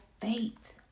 faith